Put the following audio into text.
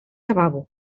lavabo